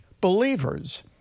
believers